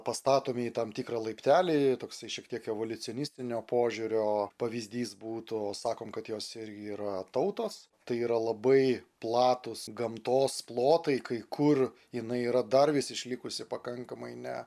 pastatome į tam tikrą laiptelį toksai šiek tiek evoliucionitinio požiūrio pavyzdys būtų o sakome kad jos irgi yra tautos tai yra labai platūs gamtos plotai kai kur jinai yra dar vis išlikusi pakankamai ne